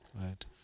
right